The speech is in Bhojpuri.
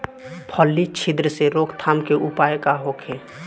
फली छिद्र से रोकथाम के उपाय का होखे?